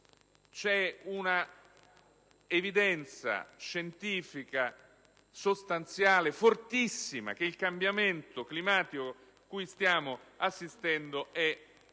"C'è un'evidenza scientifica sostanziale fortissima che il cambiamento climatico cui stiamo assistendo è provocato